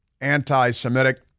anti-Semitic